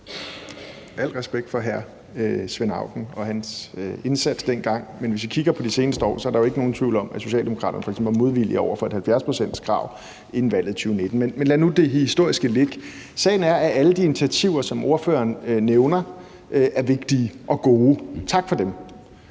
Al respekt for hr. Svend Auken og hans indsats dengang, men hvis vi kigger på de seneste år, er der jo ikke nogen tvivl om, at Socialdemokraterne f.eks. var modvillige over for et 70-procentskrav inden valget i 2019. Men lad nu det historiske ligge. Sagen er, at alle de initiativer, som ordføreren nævner, er vigtige og gode. Tak for dem.